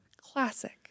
classic